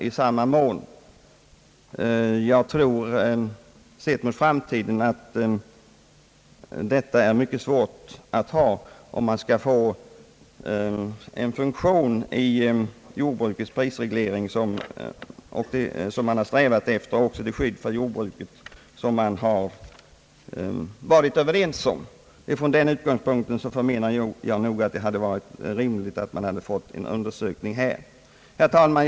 Jag tror att detta system är omöjligt att ha för framtiden, om man skall få den funktion i jordbrukets prisreglering som man strävat efter och också det skydd för jordbruket som man varit överens om. Från den utgångspunkten förmenar jag att det alltså hade varit rimligt med en undersökning. Herr talman!